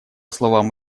словам